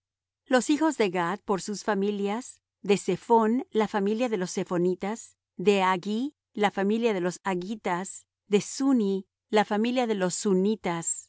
los hijos de gad por sus familias de zephón la familia de los zephonitas de aggi la familia de los aggitas de suni la familia de los sunitas